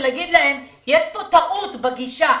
ולהגיד להם: יש טעות בגישה,